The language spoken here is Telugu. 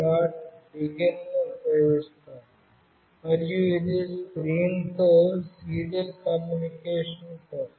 begin ని ఉపయోగిస్తాము మరియు ఇది స్క్రీన్తో సీరియల్ కమ్యూనికేషన్ కోసం